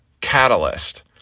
catalyst